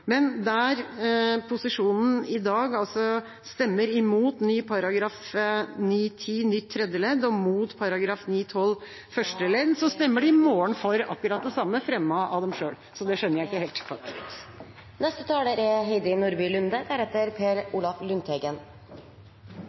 Men der posisjonen i dag altså stemmer imot § 9-10 nytt tredje ledd og mot § 9-12 første ledd, så stemmer de i morgen for akkurat det samme, fremmet av dem selv, så det skjønner jeg ikke helt. Tiden er